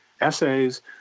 essays